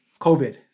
COVID